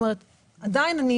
עדיין אני